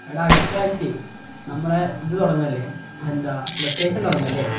എടാ അടുത്താഴ്ച്ച നമ്മൾ ഇത് തുടങ്ങല്ലെ എന്താ വെക്കേഷൻ തുടങ്ങല്ലെ